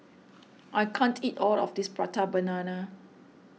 I can't eat all of this Prata Banana